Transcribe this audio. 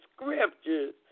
scriptures